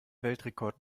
weltrekord